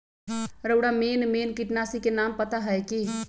रउरा main main किटनाशी के नाम पता हए कि?